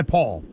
Paul